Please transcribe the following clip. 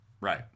Right